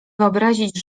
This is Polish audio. wyobrazić